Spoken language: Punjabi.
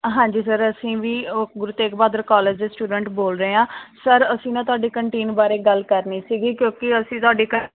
ਹਾਂਜੀ ਸਰ ਅਸੀਂ ਵੀ ਉਹ ਗੁਰੂ ਤੇਗ ਬਹਾਦਰ ਕਾਲਜ ਦੇ ਸਟੂਡੈਂਟ ਬੋਲ ਰਹੇ ਹਾਂ ਸਰ ਅਸੀਂ ਨਾ ਤੁਹਾਡੀ ਕੰਟੀਨ ਬਾਰੇ ਗੱਲ ਕਰਨੀ ਸੀਗੀ ਕਿਉਂਕਿ ਅਸੀਂ ਤੁਹਾਡੀ ਕ